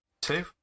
two